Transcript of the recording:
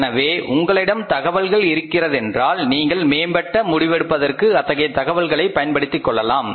எனவே உங்களிடம் தகவல்கள் இருக்கிறதென்றால் நீங்கள் மேம்பட்ட முடிவெடுப்பதற்கு அத்தகைய தகவல்களை பயன்படுத்திக் கொள்ளலாம்